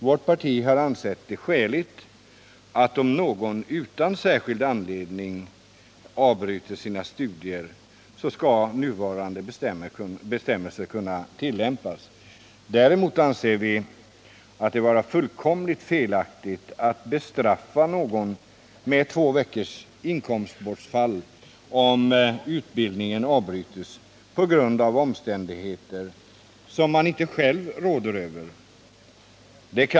Vårt parti har ansett det skäligt att de som utan särskild anledning avbrutit påbörjade studier behandlas efter nuvarande bestämmelser. Däremot anser vi det vara fullkomligt felaktigt att bestraffa någon med två veckors inkomstbortfall, om utbildningen avbryts på grund av omständigheter som man inte själv råder över.